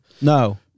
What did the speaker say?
No